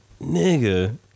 Nigga